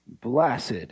Blessed